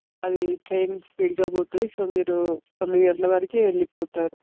అది ట్రైన్ స్పీడ్గా పోతుంది సో మీరు తొమ్మిది గంటల వరకు వెళ్ళిపోతారు